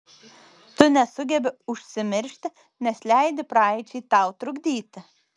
tu nesugebi užsimiršti nes leidi praeičiai tau trukdyti